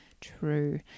true